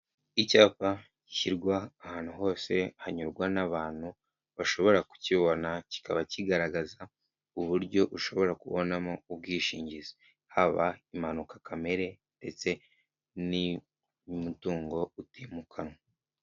Icyapa gishyirwa ahantu hose hanyurwa n'abantu bashobora kukibona, kikaba kigaragaza uburyo ushobora kubonamo ubwishingizi, haba impanuka kamere ndetse n'iy'umutungo utimukanwa.